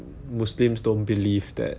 muslims don't believe that